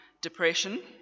depression